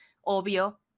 obvio